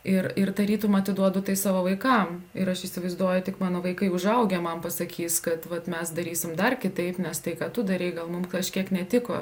ir ir tarytum atiduodu tai savo vaikam ir aš įsivaizduoju tik mano vaikai užaugę man pasakys kad vat mes darysim dar kitaip nes tai ką tu darei gal mum kažkiek netiko